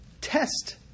test